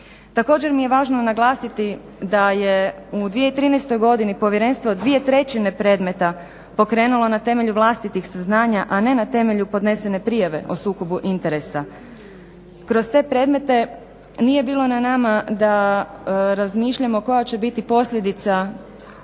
Također mi je važno naglasiti da je u 2013. godini povjerenstvo dvije trećine predmeta pokrenulo na temelju vlastitih saznanja, a ne na temelju podnesene prijave o sukobu interesa. Kroz te predmete nije bilo na nama da razmišljamo koja će biti posljedica onih